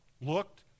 looked